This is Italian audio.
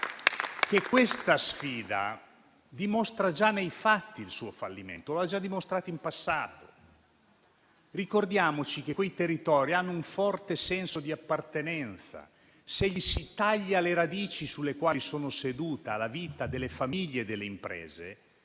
che questa sfida dimostri già nei fatti il suo fallimento e lo ha già dimostrato in passato. Ricordiamo che quei territori hanno un forte senso di appartenenza: se si tagliano le radici sulle quali si fonda la vita delle famiglie e delle imprese,